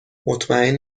مطمئن